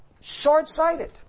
short-sighted